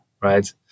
right